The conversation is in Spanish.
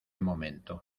momento